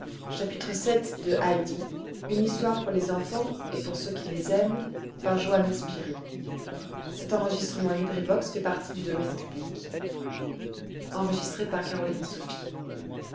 une histoire pour les enfants et pour ceux qui les aiment par j spyri